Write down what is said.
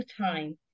time